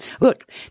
Look